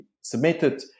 submitted